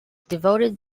devoted